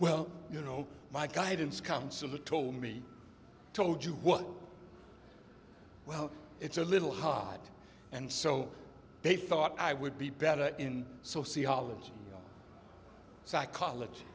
well you know my guidance counselor told me told you what well it's a little hot and so they thought i would be better in sociology psychology